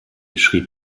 schrieb